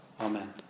Amen